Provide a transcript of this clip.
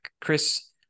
Chris